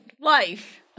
life